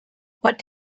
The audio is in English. what